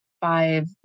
five